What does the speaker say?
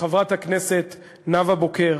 שחברת הכנסת נאוה בוקר